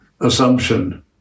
assumption